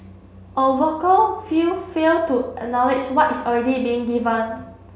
a vocal few fail to acknowledge what is already being given